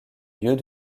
lieux